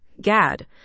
GAD